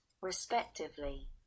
respectively